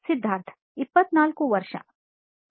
ಸಿದ್ಧಾರ್ಥ್ 24 ವರ್ಷ ಮತ್ತು